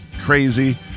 crazy